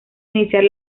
iniciar